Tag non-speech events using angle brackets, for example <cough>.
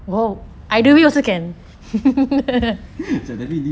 !wow! <laughs> jap tadi ni